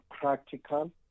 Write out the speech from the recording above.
practical